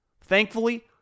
Thankfully